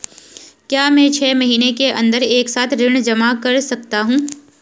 क्या मैं छः महीने के अन्दर एक साथ ऋण जमा कर सकता हूँ?